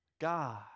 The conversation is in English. God